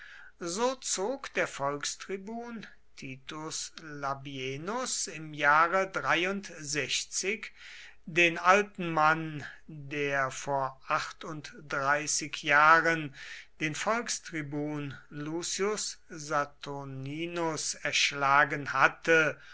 so zog der volkstribun titus labienus im jahre den alten mann der vor achtunddreißig jahren den volkstribun lucius saturninus erschlagen hatte